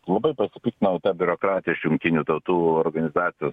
labai pasipiktinau ta biurokratija iš jungtinių tautų organizacijos